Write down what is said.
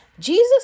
Jesus